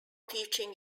teaching